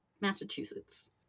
Massachusetts